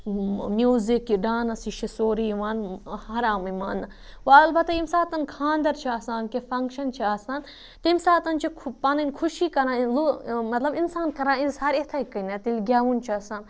music یہِ dance یہِ چھِ سورُے یِوان حرامٕے ماننہٕ وٕ البتہ ییٚمہِ ساتہٕ خاندَر چھِ آسان کینٛہہ فنٛگشَن چھِ آسان تمہِ ساتہٕ چھِ خُہ پَنٕںۍ خوشی کَران مطلب اِنسان کَران اظہار اِتھَے کٔنٮ۪تھ ییٚلہِ گٮ۪وُن چھُ آسان